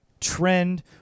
trend